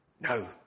No